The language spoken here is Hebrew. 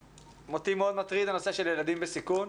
אותי מאוד מטריד הנושא של ילדים בסיכון.